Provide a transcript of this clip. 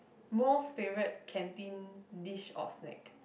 most favourite canteen dish or snack